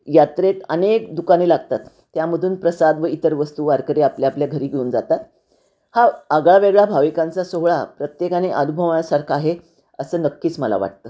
यात्रेत अनेक दुकाने लागतात त्यामधून प्रसाद व इतर वस्तू वारकरी आपल्या आपल्या घरी घेऊन जातात हा आगळा वेगळा भाविकांचा सोहळा प्रत्येकाने अनुभवण्यासारखा आहे असं नक्कीच मला वाटतं